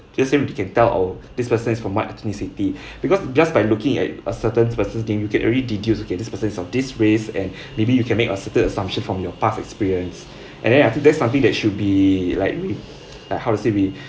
just name you can tell oh this person is from what ethnicity because because by looking at a certain specific thing you can already deduced okay this person is of this race and maybe you can make a certain assumption from your past experience and then I think that's something that should be like like how to say we